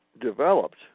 developed